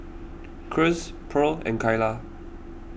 Cruz Purl and Kylah